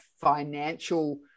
financial